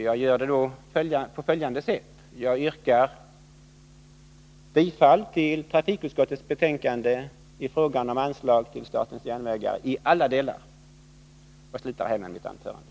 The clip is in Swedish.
Jag gör alltså på följande sätt: Jag yrkar bifall till trafikutskottets hemställan i betänkandet 19 i fråga om anslag till statens järnvägar i alla delar och slutar härmed mitt anförande.